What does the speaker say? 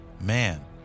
Man